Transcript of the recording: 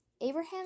Abraham